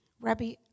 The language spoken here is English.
Rabbi